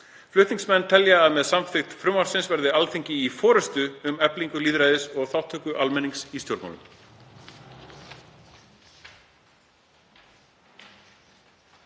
Flutningsmenn telja að með samþykkt frumvarpsins verði Alþingi í forystu um eflingu lýðræðis og þátttöku almennings í stjórnmálum.